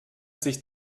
sich